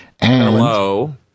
Hello